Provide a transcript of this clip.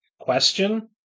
question